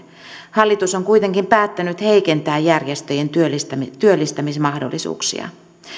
hallitus on kuitenkin päättänyt heikentää järjestöjen työllistämismahdollisuuksia